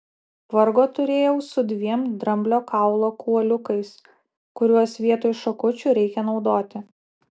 vargo turėjau su dviem dramblio kaulo kuoliukais kuriuos vietoj šakučių reikia naudoti